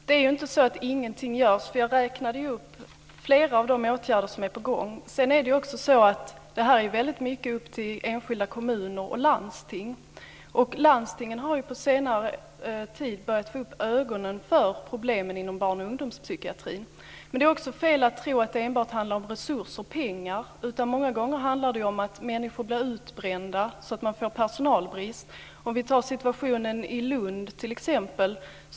Fru talman! Det är inte så att ingenting görs. Jag räknade upp flera av de åtgärder som är på gång. Det här är väldigt mycket upp till enskilda kommuner och landsting. Landstingen har på senare tid börjat få upp ögonen för problemen inom barn och ungdomspsykiatrin. Men det är också fel att tro att det enbart handlar om resurser och pengar. Många gånger handlar det om att människor blir utbrända så att man får personalbrist. Låt oss ta situationen i Lund som exempel.